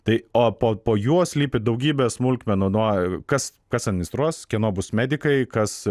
tai o po po juo slypi daugybė smulkmenų nuo kas kas administruos kieno bus medikai kas